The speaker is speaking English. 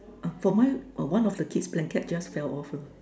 oh for mine one of the kid's blanket just fell off lor